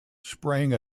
spraying